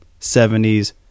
70s